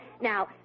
Now